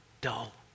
dull